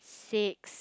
six